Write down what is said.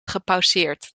gepauzeerd